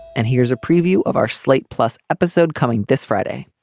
and here's a preview of our slate plus episode coming this friday,